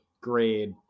grade